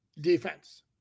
defense